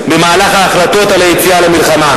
חלוץ לקח אחריות, איפה האחריות של כל,